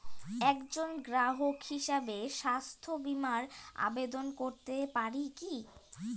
একজন গ্রাহক হিসাবে স্বাস্থ্য বিমার আবেদন করতে পারি কি?